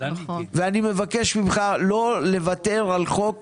ואני מבקש ממך לא לוותר על חוק